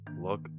look